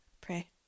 pray